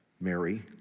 Mary